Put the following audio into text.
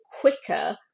quicker